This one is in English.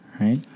right